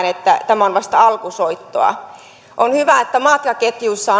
että tämä on vasta alkusoittoa on hyvä että matkaketjuissa